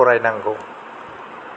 फरायनांगौ